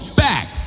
back